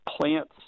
plants